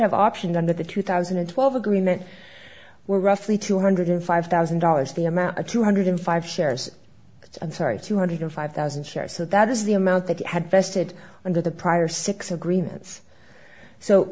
have options under the two thousand and twelve agreement were roughly two hundred five thousand dollars the amount of two hundred five shares and sorry two hundred to five thousand shares so that is the amount that had vested under the prior six agreements so